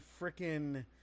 freaking